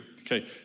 Okay